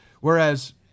Whereas